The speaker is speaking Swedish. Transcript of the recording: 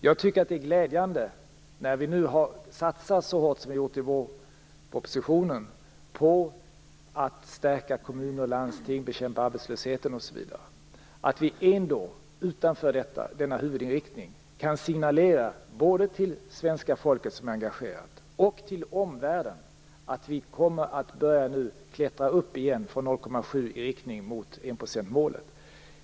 Jag tycker att det är glädjande när vi har satsat så hårt i vårpropositionen på att stärka kommuner och landsting, bekämpa arbetslösheten, osv. att vi ändå utanför denna huvudinriktning kan signalera både till svenska folket, som är engagerat, och till omvärlden att vi kommer att börja att klättra upp från 0,7 % i riktning mot enprocentsmålet.